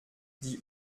die